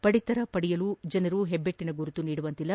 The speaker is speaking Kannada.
ಪಡಿತರ ಪಡೆಯಲು ಜನರು ಹೆಚ್ಚಿಟ್ಟನ ಗುರುತು ನೀಡುವಂತಿಲ್ಲ